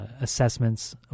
assessments